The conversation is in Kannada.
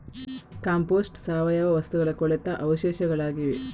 ಕಾಂಪೋಸ್ಟ್ ಸಾವಯವ ವಸ್ತುಗಳ ಕೊಳೆತ ಅವಶೇಷಗಳಾಗಿವೆ